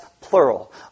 plural